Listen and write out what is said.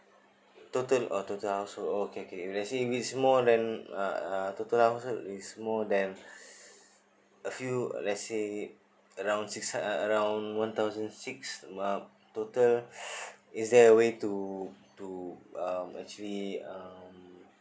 total uh total household okay okay lets say if it's more than uh total household is more than a few let's say around six hund~ around one thousand six about total is there a way to to um actually um